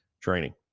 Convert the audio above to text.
training